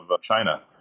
China